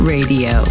Radio